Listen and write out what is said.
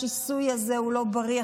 השיסוי הזה הוא לא בריא,